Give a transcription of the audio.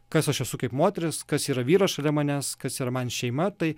kas aš esu kaip moteris kas yra vyras šalia manęs kas ir man šeima tai